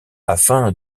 afin